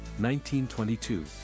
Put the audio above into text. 1922